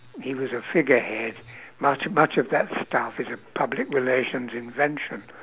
he was a figurehead much much of that stuff is a public relations invention